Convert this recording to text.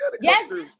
yes